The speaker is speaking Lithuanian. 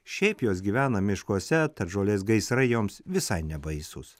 šiaip jos gyvena miškuose tad žolės gaisrai joms visai nebaisūs